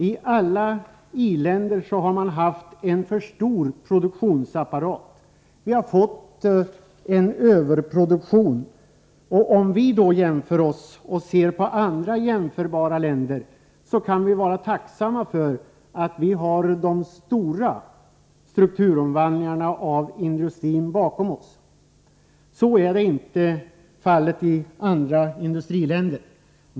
I alla i-länder har man haft en allför stor produktionsapparat, vilket har lett till överproduktion. Då vi ser på andra jämförbara länder, kan vi vara tacksamma för att vi har de stora strukturomvandlingarna av industrin bakom oss. Så är inte fallet i andra industriländer.